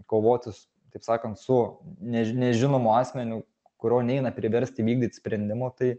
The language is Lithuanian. kovotis taip sakant su než nežinomu asmeniu kurio neina priversti vykdyt sprendimo tai